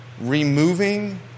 Removing